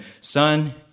son